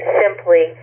simply